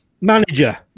manager